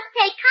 take